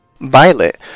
Violet